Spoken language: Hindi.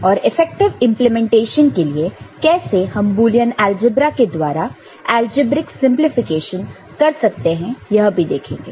और इफेक्टिव इंप्लीमेंटेशन के लिए कैसे हम बुलियन अलजेब्रा के द्वारा अलजेब्रिक सिंपलीफिकेशन कर सकते हैं यह भी देखेंगे